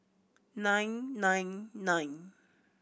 nine nine nine